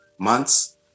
months